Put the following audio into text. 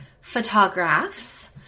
photographs